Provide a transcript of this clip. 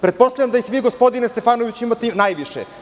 Pretpostavljam da ih vi, gospodine Stefanoviću, imate najviše.